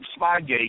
Spygate